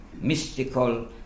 mystical